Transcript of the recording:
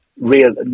real